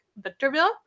Victorville